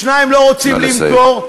שניים לא רוצים למכור?